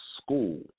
School